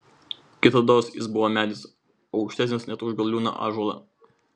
kitados jis buvo medis aukštesnis net už galiūną ąžuolą